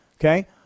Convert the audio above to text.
okay